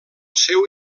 seu